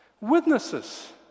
Witnesses